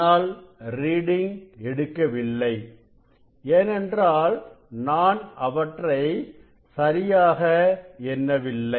ஆனால் ரீடிங் எடுக்கவில்லை ஏனென்றால் நான் அவற்றை சரியாக எண்ணவில்லை